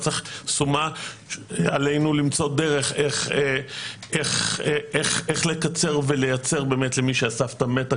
אנחנו צריכים למצוא דרך איך לקצר ולייצר למי שהסבתא שלו מתה,